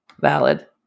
valid